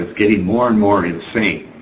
ah getting more and more insane.